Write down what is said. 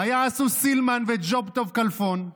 מה יעשו סילמן וג'וב-טוב כלפון?